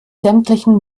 sämtlichen